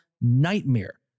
nightmare